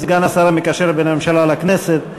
סגן השר המקשר בין הממשלה לכנסת,